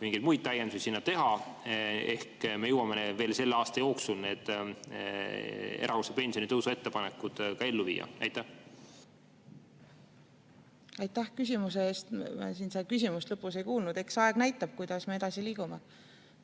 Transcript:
mingeid muid täiendusi sinna teha ja vahest me jõuame veel selle aasta jooksul need erakorralise pensionitõusu ettepanekud ka ellu viia. Aitäh küsimuse eest! Siin küll küsimust lõpus ei kuulnud. Eks aeg näitab, kuidas me edasi liigume.